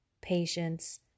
patience